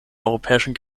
europäischen